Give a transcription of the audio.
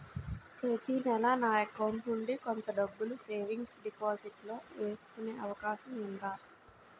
ప్రతి నెల నా అకౌంట్ నుండి కొంత డబ్బులు సేవింగ్స్ డెపోసిట్ లో వేసుకునే అవకాశం ఉందా?